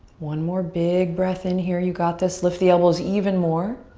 one more big breath in here, you got this. lift the elbows even more.